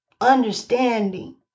understanding